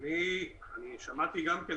אני שמעתי גם כן,